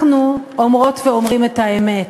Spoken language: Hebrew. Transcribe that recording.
אנחנו אומרות ואומרים את האמת.